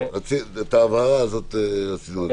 את ההבהרה הזאת רצינו לדעת.